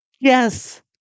yes